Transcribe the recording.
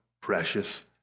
precious